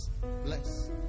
Bless